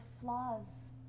flaws